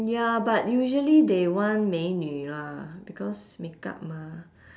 ya but usually they want 美女：mei nv lah because makeup mah